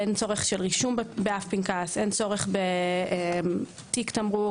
אין צורך רישום באף פנקס, אין צורך בתיק תמרוק.